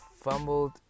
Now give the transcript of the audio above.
fumbled